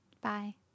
Bye